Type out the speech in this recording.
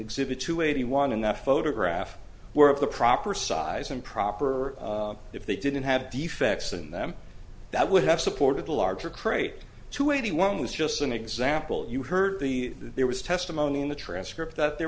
exhibit two eighty one in that photograph were of the proper size and proper if they didn't have defects in them that would have supported a larger crate to eighty one was just an example you heard the there was testimony in the transcript that there